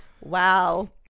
Wow